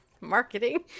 Marketing